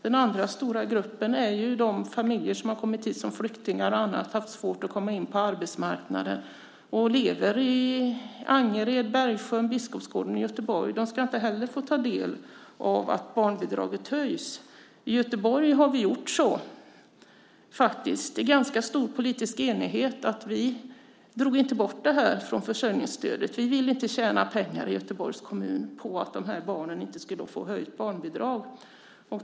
Den andra stora gruppen är de familjer som har kommit hit som flyktingar och som på andra sätt har haft svårt att komma in på arbetsmarknaden och lever i områden som Angered, Bergsjön och Biskopsgården i Göteborg. De ska inte heller få ta del av att barnbidraget höjs. I Göteborg har vi faktiskt gjort så, i ganska stor politisk enighet, att vi inte drog bort det här från försörjningsstödet. Vi i Göteborgs kommun vill inte tjäna pengar på att de här barnen inte skulle få höjt barnbidrag.